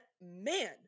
man